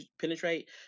penetrate